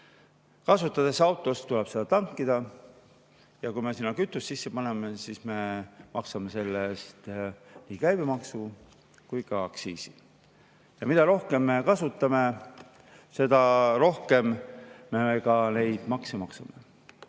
kasutades autot, tuleb seda tankida. Kui me sinna kütust sisse paneme, siis me maksame selle eest nii käibemaksu kui ka aktsiisi. Ja mida rohkem me autot kasutame, seda rohkem me neid makse ka maksame.